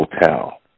hotel